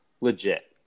legit